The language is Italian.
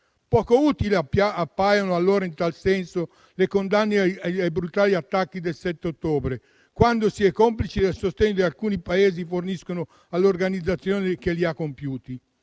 Poco utili appaiono, in tal senso, le condanne ai brutali attacchi del 7 ottobre, quando si è complici del sostegno che alcuni Paesi forniscono all'organizzazione che li ha compiuti.